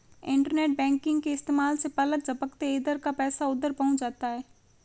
internet banking के इस्तेमाल से पलक झपकते इधर का पैसा उधर पहुँच जाता है